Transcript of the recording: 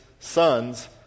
sons